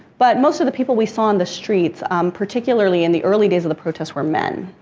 but most of the people we saw in the street particularly in the early days of the protest, were men.